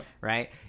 Right